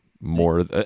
more